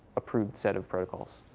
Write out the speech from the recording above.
approved set of protocols.